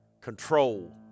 control